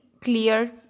clear